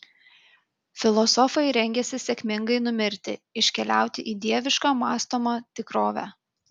filosofai rengiasi sėkmingai numirti iškeliauti į dievišką mąstomą tikrovę